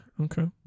Okay